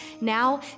Now